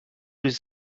les